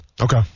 Okay